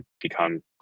become